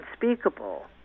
unspeakable